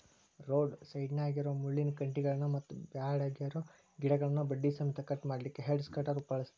road ಸೈಡ್ನ್ಯಾಗಿರೋ ಮುಳ್ಳಿನ ಕಂಟಿಗಳನ್ನ ಮತ್ತ್ ಬ್ಯಾಡಗಿರೋ ಗಿಡಗಳನ್ನ ಬಡ್ಡಿ ಸಮೇತ ಕಟ್ ಮಾಡ್ಲಿಕ್ಕೆ ಹೆಡ್ಜ್ ಕಟರ್ ಬಳಸ್ತಾರ